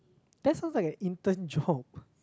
that sounds like an intern job